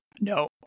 No